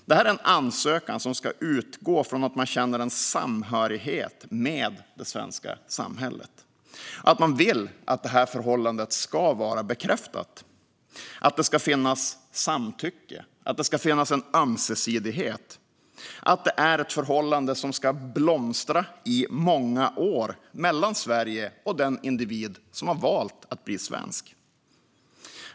Det är en ansökan som ska utgå från att man känner en samhörighet med det svenska samhället, att man vill få förhållandet bekräftat, att det ska finnas samtycke och en ömsesidighet, att det är ett förhållande som ska blomstra i många år mellan Sverige och den individ som har valt att bli svensk.